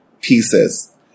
pieces